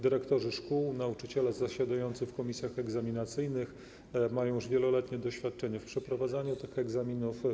Dyrektorzy szkół i nauczyciele zasiadający w komisjach egzaminacyjnych mają już wieloletnie doświadczenie w przeprowadzaniu tych egzaminów.